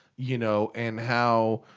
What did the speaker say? you know? and how.